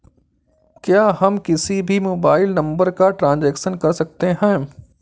क्या हम किसी भी मोबाइल नंबर का ट्रांजेक्शन कर सकते हैं?